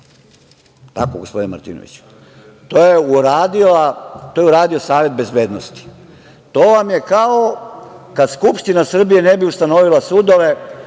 tako, gospodine Martinoviću? To je uradio Savet bezbednosti. To vam je kao kad Skupština Srbije ne bi ustanovila sudove,